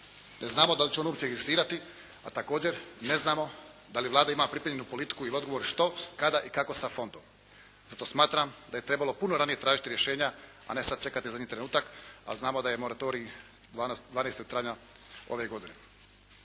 Ne znamo da li će on uopće egzistirati, a također ne znamo da li Vlada ima pripremljenu politiku i odgovor što, kada i kako sa fondom? Zato smatram da je trebalo puno ranije tražiti rješenja a ne sad čekati zadnji trenutak, a znamo da je moratorij 12. travnja ove godine.